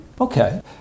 Okay